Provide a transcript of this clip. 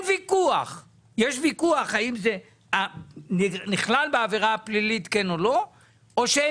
יש ויכוח האם זה נכלל בעבירה הפלילית או שהם